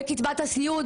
בקצבת הסיעוד,